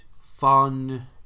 fun